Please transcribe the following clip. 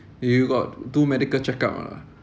you got do medical checkup or not